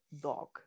dog